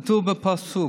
כתוב בפסוק: